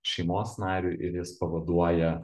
šeimos nariui ir jis pavaduoja